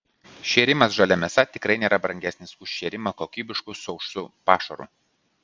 šėrimas žalia mėsa tikrai nėra brangesnis už šėrimą kokybišku sausu pašaru